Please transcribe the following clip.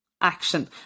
action